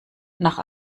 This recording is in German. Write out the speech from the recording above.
nach